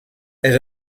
elle